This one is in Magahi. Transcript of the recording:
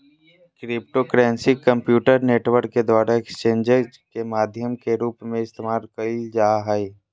क्रिप्टोकरेंसी कम्प्यूटर नेटवर्क के द्वारा एक्सचेंजज के माध्यम के रूप में इस्तेमाल कइल जा हइ